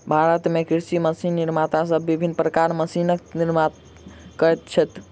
भारत मे कृषि मशीन निर्माता सब विभिन्न प्रकारक मशीनक निर्माण करैत छथि